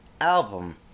album